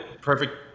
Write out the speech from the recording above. perfect